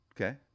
okay